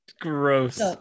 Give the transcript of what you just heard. gross